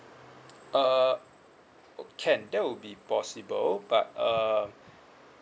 uh o~ can that will be possible but uh